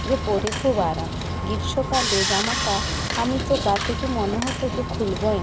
যে পরে খুব আরাম গ্রীষ্মকালে জামাটা আমি তো গা থেকে মনে হত যে খুলবই না